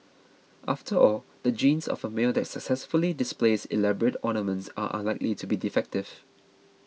after all the genes of a male that successfully displays elaborate ornaments are unlikely to be defective